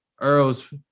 Earl's